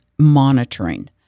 monitoring